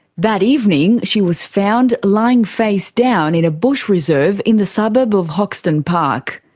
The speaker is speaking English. that evening she was found lying face down in a bush reserve in the suburb of hoxton park.